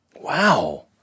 wow